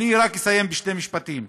אני רק אסיים, בשני משפטים.